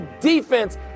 defense